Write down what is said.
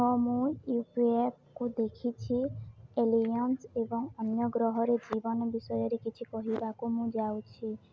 ହଁ ମୁଁ ୟୁପିଏଫ୍କୁ ଦେଖିଛି ଏଲିଏନ୍ସ୍ ଏବଂ ଅନ୍ୟ ଗ୍ରହରେ ଜୀବନ ବିଷୟରେ କିଛି କହିବାକୁ ମୁଁ ଯାଉଛି